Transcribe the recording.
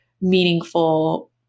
meaningful